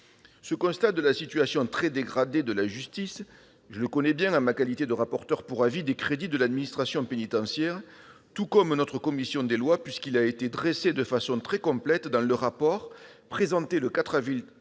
Ce constat de la situation très dégradée de la justice, je le connais bien en ma qualité de rapporteur pour avis des crédits de l'administration pénitentiaire, tout comme la commission des lois, puisqu'il a été dressé de façon très complète dans le rapport, présenté le 4 avril